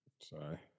sorry